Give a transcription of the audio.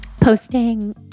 posting